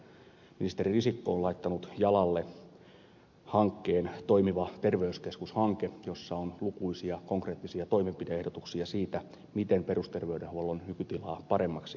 ministeri risikko on laittanut jalalle toimiva terveyskeskus hankkeen jossa on lukuisia konkreettisia toimenpide ehdotuksia siitä miten perusterveydenhuollon nykytilaa saataisiin paremmaksi